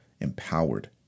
empowered